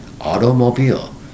automobile